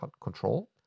control